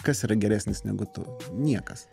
kas yra geresnis negu tu niekas